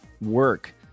work